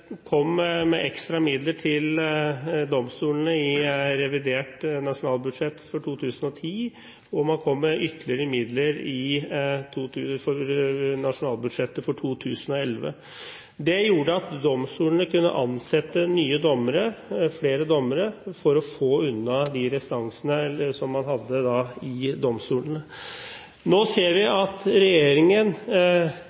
kom med ekstra midler til domstolene i revidert nasjonalbudsjett for 2010, og man kom med ytterligere midler i nasjonalbudsjettet for 2011. Det gjorde at domstolene kunne ansette flere nye dommere for å få unna de restansene man hadde i domstolene. Nå ser vi